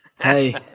Hey